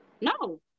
no